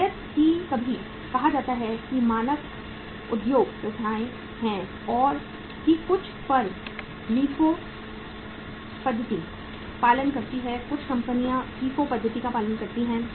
शायद ही कभी कहा जाता है कि मानक उद्योग प्रथाएं हैं कि कुछ फर्म एलआईएफओ पद्धति का पालन करती हैं कुछ कंपनियां एफआईएफओ पद्धति का पालन करती हैं